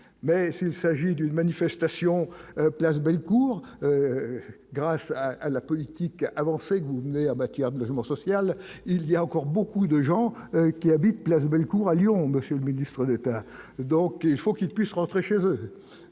mais s'il s'agit d'une manifestation place Bellecour, grâce à la politique avançait que vous n'avez en matière de logement social, il y a encore beaucoup de gens qui habitent place Bellecour à Lyon, Monsieur le Ministre n'pas donc il faut qu'ils puissent rentrer chez eux